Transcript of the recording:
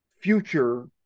future